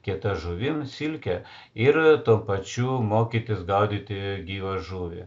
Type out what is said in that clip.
kieta žuvim silke ir tuo pačiu mokytis gaudyti gyvą žuvį